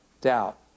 doubt